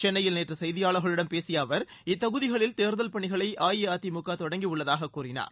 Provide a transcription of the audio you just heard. சென்னையில் நேற்று செய்தியாளர்களிடம் பேசிய அவர் இத்தொகுதிகளில் தேர்தல் பணிகளை அஇஅதிமுக பணி தொடங்கியுள்ளதாக கூறினார்